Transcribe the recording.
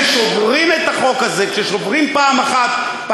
כששוברים את החוק הזה פעם אחת,